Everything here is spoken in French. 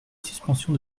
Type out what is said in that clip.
suspension